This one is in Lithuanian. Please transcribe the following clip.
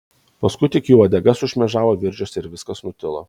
paskui tik jo uodega sušmėžavo viržiuose ir viskas nutilo